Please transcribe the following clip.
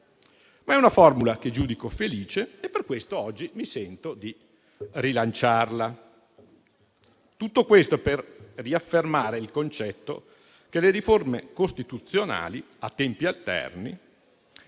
ma è una formula che giudico felice e per questo oggi mi sento di rilanciarla. Tutto questo per riaffermare il concetto che, a tempi alterni,